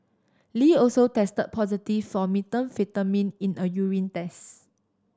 Lee also tested positive for methamphetamine in a urine test